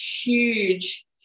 huge